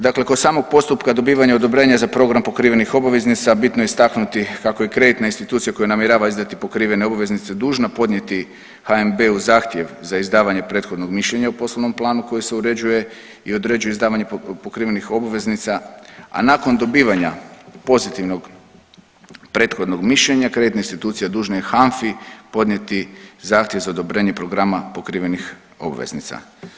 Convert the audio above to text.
Dakle, kod samog postupka dobivanja odobrenja za program pokrivenih obveznica bitno je istaknuti kako je kreditna institucija koja namjerava izdati pokrivene obveznice dužna podnijeti HNB-u zahtjev za izdavanje prethodnog mišljenja o poslovnom planu koje se uređuje i određuje izdavanje pokrivenih obveznica a nakon dobivanja pozitivnog prethodnog mišljenja kreditna institucija dužna je HANFA-i podnijeti zahtjev za odobrenje programa pokrivenih obveznica.